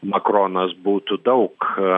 makronas būtų daug